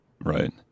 Right